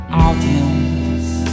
audience